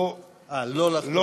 הוא, אה, לא לחתום.